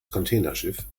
containerschiff